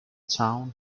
town